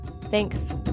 Thanks